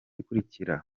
ikurikira